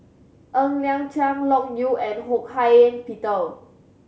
Ng Liang Chiang Loke Yew and Ho Hak Ean Peter